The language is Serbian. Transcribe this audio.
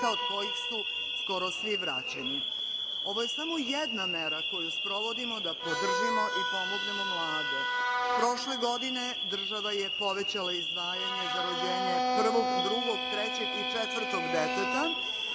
od kojih su skoro svi vraćeni. Ovo je samo jedna mera koju sprovodimo da podržimo i pomognemo mlade. Prošle godine država je povećala izdvajanje za rođenje prvog, drugog, trećeg i četvrtog deteta